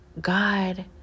God